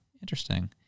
interesting